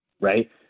right